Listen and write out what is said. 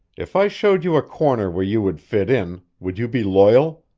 if i showed you a corner where you would fit in, would you be loyal?